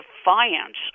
defiance